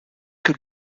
que